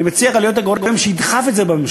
אני מציע לך להיות הגורם שידחף את זה בממשלה,